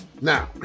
now